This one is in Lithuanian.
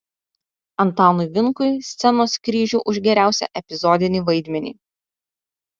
antanui vinkui scenos kryžių už geriausią epizodinį vaidmenį